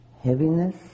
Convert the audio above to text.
heaviness